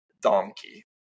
donkey